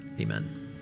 Amen